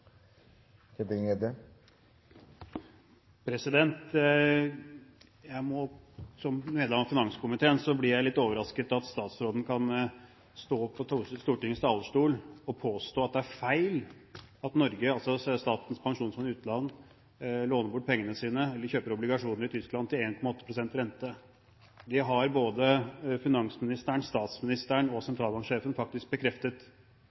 finanskomiteen blir jeg litt overrasket over at statsråden kan stå på Stortingets talerstol og påstå at det er feil at Norge – altså Statens pensjonsfond utland – låner bort pengene sine, eller kjøper obligasjoner i Tyskland til 1,8 pst. rente. Det har både finansministeren, statsministeren og